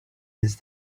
his